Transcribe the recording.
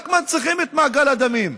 רק מנציחים את מעגל הדמים.